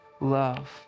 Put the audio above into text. love